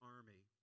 Army